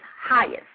highest